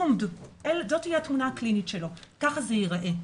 זאת תהיה התמונה הפלילית שלו וככה זה ייראה.